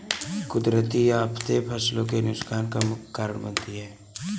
कुदरती आफतें फसलों के नुकसान का मुख्य कारण बनती है